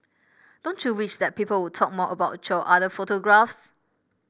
don't you wish that people would talk more about your other photographs